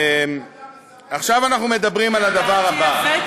לדעתי הבאת,